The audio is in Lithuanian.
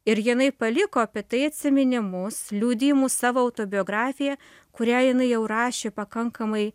ir jinai paliko apie tai atsiminimus liudijimus savo autobiografiją kurią jinai jau rašė pakankamai